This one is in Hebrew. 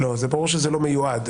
זה ברור שזה לא מיועד.